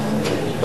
לא.